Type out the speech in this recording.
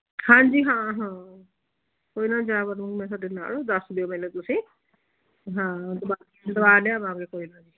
ਹਾਂਜੀ ਹਾਂ ਹਾਂ ਕੋਈ ਨਾ ਜਾ ਵੜਾਂਗੀ ਮੈਂ ਤੁਹਾਡੇ ਨਾਲ ਦੱਸ ਦਿਓ ਮੈਨੂੰ ਤੁਸੀਂ ਹਾਂ ਦਿਵਾ ਲਿਆਵਾਂਗੇ ਕੋਈ ਨਾ ਜੀ